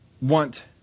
want